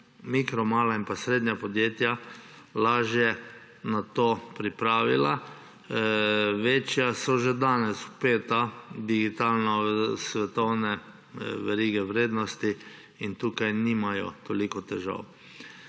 mikro-, mala in srednja podjetja lažje na to pripravila. Večja so že danes vpeta digitalno v svetovne verige vrednosti in tukaj nimajo toliko težav.